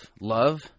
love